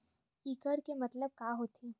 एकड़ के मतलब का होथे?